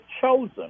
chosen